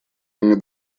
имя